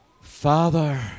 Father